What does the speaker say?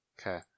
okay